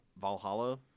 Valhalla